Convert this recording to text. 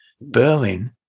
Berlin